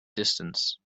distance